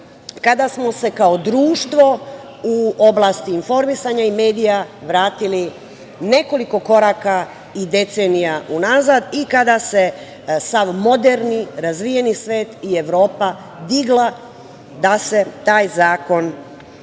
kada smo se kao društvo u oblasti informisanja i medija vratili nekoliko koraka i decenija unazad i kada se sav moderni, razvijeni svet i Evropa digla da se taj zakon